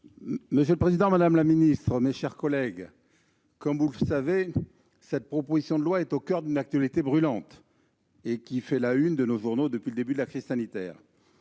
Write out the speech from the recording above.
Monsieur le président, madame la secrétaire d'État, mes chers collègues, comme vous le savez, la présente proposition de loi est au coeur d'une actualité brûlante qui fait la une de nos journaux depuis le début de la crise sanitaire.